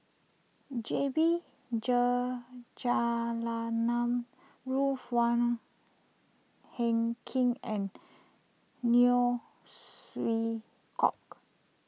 J B Jeyaretnam Ruth Wong Hie King and Neo Chwee Kok